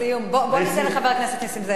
לסיום, בוא ניתן לחבר הכנסת נסים זאב לסיים.